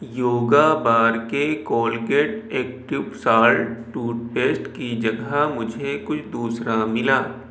یوگا بار کے Colgate active salt toothpaste کی جگہ مجھے کچھ دوسرا ملا